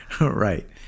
Right